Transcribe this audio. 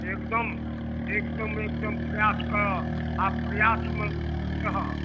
एकदम एकदम एकदम प्रयास करऽ आओर प्रयासमे रहऽ